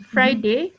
Friday